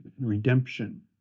Redemption